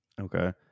Okay